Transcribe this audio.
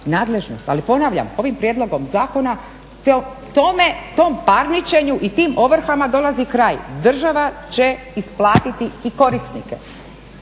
Ali ponavljam, ovim prijedlogom zakona, tome, tom parničenju i tim ovrhama dolazi kraj. Država će isplatiti i korisnike.